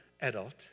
adult